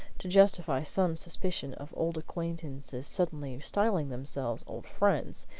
to justify some suspicion of old acquaintances suddenly styling themselves old friends,